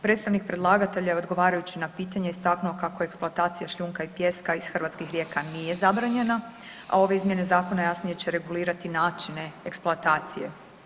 Predstavnik predlagatelja je odgovarajući na pitanje istaknuo kako eksploatacija šljunka i pijeska iz hrvatskih rijeka nije zabranjena, a ove izmjene zakona jasnije će regulirati načine eksploatacije.